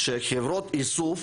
שחברות איסוף